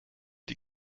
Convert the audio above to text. die